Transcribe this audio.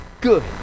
good